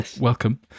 welcome